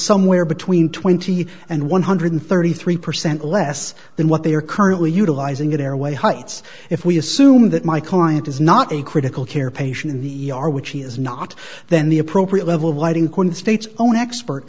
somewhere between twenty and one hundred thirty three percent less than what they are currently utilizing it airway heights if we assume that my client is not a critical care patients in the e r which he is not then the appropriate level lighting the state's own expert